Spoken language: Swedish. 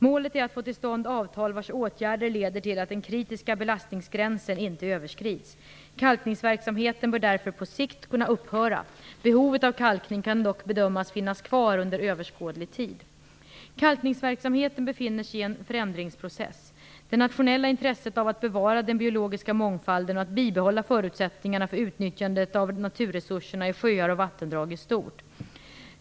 Målet är att få till stånd avtal vars åtgärder leder till att den kritiska belastningsgränsen inte överskrids. Kalkningsverksamheten bör därefter på sikt kunna upphöra. Behovet av kalkning kan dock bedömas finnas kvar under en överskådlig tid. Kalkningsverksamheten befinner sig i en förändringsprocess. Det nationella intresset av att bevara den biologiska mångfalden och att bibehålla förutsättningarna för utnyttjandet av naturresurserna i sjöar och vattendrag är stort.